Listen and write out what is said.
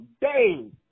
day